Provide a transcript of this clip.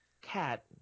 Cat